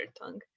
tongue